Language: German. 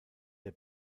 der